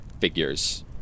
figures